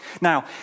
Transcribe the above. Now